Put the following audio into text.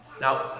Now